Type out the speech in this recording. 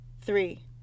Three